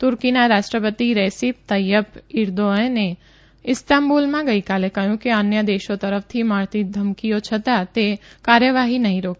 તુર્કીના રાષ્ટ્રપતિ Recep Tayyip ઇર્દોઅને ઇસ્તામ્બુલમાં ગઇકાલે કહ્યું કે અન્ય દેશો તરફથી મળતી ધમતીઓ છતાં તે કાર્યવાહી નહીં રોકે